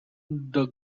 the